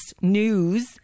News